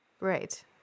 Right